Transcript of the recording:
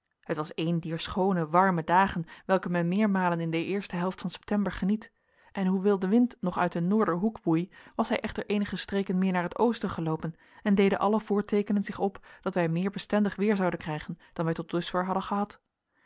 het was een dier schoone warme dagen welke men meermalen in de eerste helft van september geniet en hoewel de wind nog uit den noorderhoek woei was hij echter eenige streken meer naar het oosten geloopen en deden alle voorteekenen zich op dat wij meer bestendig weer zouden krijgen dan wij tot dusver hadden gehad